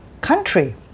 country